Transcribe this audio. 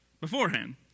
beforehand